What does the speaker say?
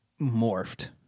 morphed